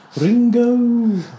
Ringo